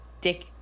dick